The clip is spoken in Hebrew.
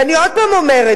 ואני עוד פעם אומרת,